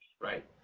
Right